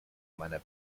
meiner